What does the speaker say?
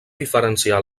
diferenciar